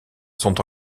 sont